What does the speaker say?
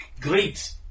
great